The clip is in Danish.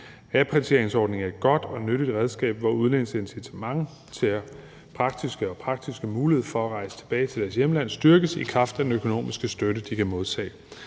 Repatrieringsordningen er et godt og nyttigt redskab, hvor udlændinges incitament og praktiske mulighed for at rejse tilbage til deres hjemland styrkes i kraft af den økonomiske støtte, de kan modtage.